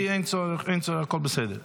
אנשים נקברו כי אתם אדישים.